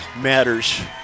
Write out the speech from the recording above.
matters